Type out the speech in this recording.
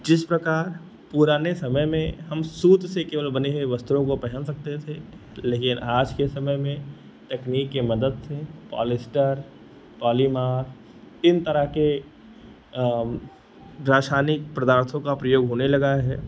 जिस प्रकार पुराने समय में हम सूत से केवल बने वस्त्रों को पहन सकते थे लेकिन आज के समय में तकनीक की मदद से पॉलिएस्टर पॉलिमर इन तरह के रासायनिक प्रदार्थों का प्रयोग होने लगा है